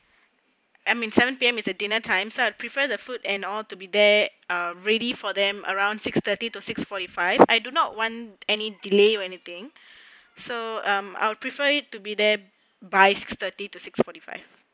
I mean seven P_M is the dinner times so I'd prefer the food and all to be there uh ready for them around six thirty to six forty five I do not want any delay or anything so I would prefer it to be there by six thirty to six forty five